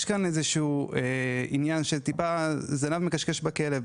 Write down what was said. יש כאן עניין של זנב מקשקש בכלב.